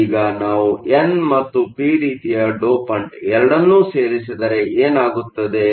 ಈಗ ನಾವು ಎನ್ ಮತ್ತು ಪಿ ರೀತಿಯ ಡೋಪಂಟ್ಎರಡನ್ನೂ ಸೇರಿಸಿದರೆ ಏನಾಗುತ್ತದೆ